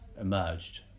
emerged